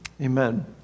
amen